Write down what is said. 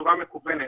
בצורה מקוונת.